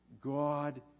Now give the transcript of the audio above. God